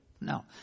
No